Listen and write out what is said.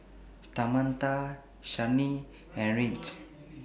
Tamatha Shyanne and Regis